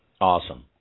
Awesome